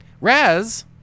Raz